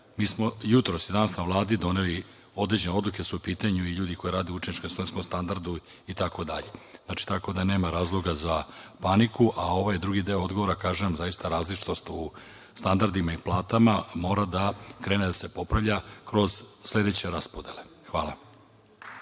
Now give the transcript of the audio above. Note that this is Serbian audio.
Mi smo jutros i danas na Vladi doneli… Određene odluke su u pitanju i ljudi koji rade u učeničkom studentskom standardu itd. Znači, tako da nema razloga za paniku, a ovaj drugi deo odgovora, kažem, zaista različitost u standardima i platama mora da krene da se popravlja kroz sledeće raspodele. Hvala.